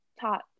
Top